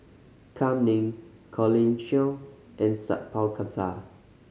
Kam Ning Colin Cheong and Sat Pal Khattar